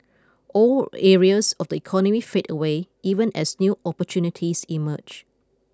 old areas of the economy fade away even as new opportunities emerge